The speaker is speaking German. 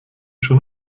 schon